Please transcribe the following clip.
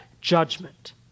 judgment